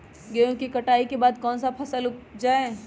गेंहू के कटाई के बाद कौन सा फसल उप जाए?